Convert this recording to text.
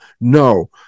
no